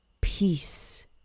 peace